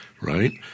right